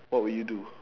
what will you do